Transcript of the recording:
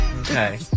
Okay